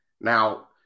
Now